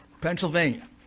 Pennsylvania